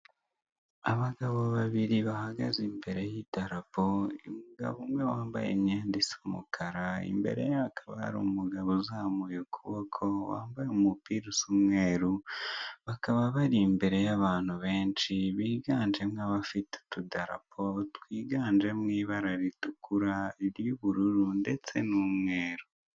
Abagabo babiri bahagaze imbere y'idararapo, umugabo umwe wambaye imyenda isa umukara, imbere ye hakaba hari umugabo uzamuye ukuboko, wambaye umupira usa umweru, bakaba bari imbere ya'ban benshi, biganjemo abafite utudarapo, twiganje mu ibara ritukura ry'ubururu ndetse n'umweru.